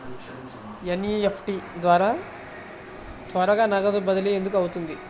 NEFT ద్వారా త్వరగా నగదు బదిలీ ఎందుకు అవుతుంది?